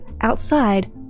outside